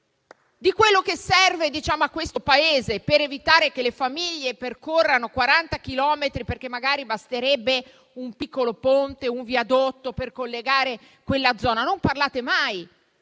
di quello che serve a questo Paese per evitare che le famiglie percorrano 40 chilometri, mentre basterebbe un piccolo ponte o un viadotto per collegare quella zona. Non ne parlate mai,